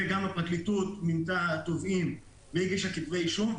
וגם הפרקליטות מינתה תובעים והגישה כתבי אישום,